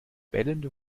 bellende